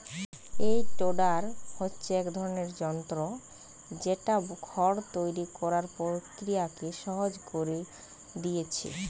এই টেডার হচ্ছে এক ধরনের যন্ত্র যেটা খড় তৈরি কোরার প্রক্রিয়াকে সহজ কোরে দিয়েছে